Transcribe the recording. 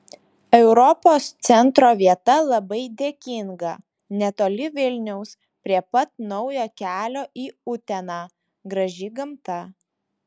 europos centro vieta labai dėkinga netoli vilniaus prie pat naujo kelio į uteną graži gamta